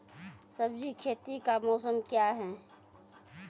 सब्जी खेती का मौसम क्या हैं?